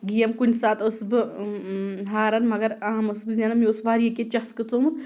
game کُنہِ ساتہٕ ٲسٕس بہٕ ہاران مگر عام ٲسٕس بہٕ زینان مےٚ اوس واریاہ کینٛہہ چَسکہٕ ژومُت